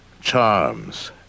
Charms